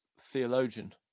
theologian